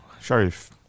Sharif